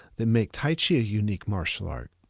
that make tai chi a unique martial art.